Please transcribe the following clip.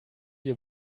wir